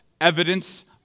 evidence